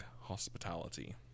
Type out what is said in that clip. hospitality